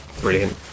brilliant